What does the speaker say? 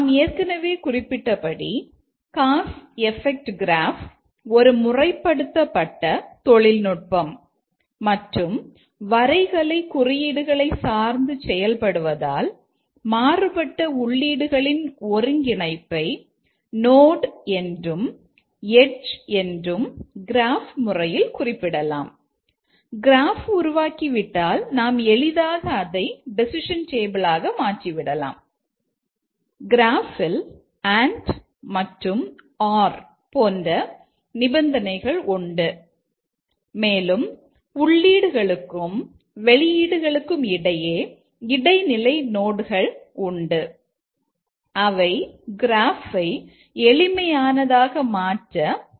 நாம் ஏற்கனவே குறிப்பிட்டபடி காஸ் எபெக்ட் கிராஃப் உண்டு அவை கிராஃப்பை எளிமையானதாக மாற்ற நமக்கு உதவும்